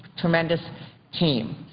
tremendous team.